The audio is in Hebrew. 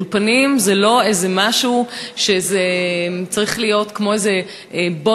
אולפנים זה לא משהו שצריך להיות כמו בונוס,